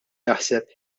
jaħseb